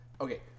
okay